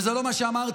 וזה לא מה שאמרתי,